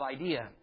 idea